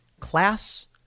class